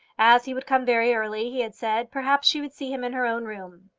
as he would come very early, he had said, perhaps she would see him in her own room.